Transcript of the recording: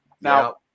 Now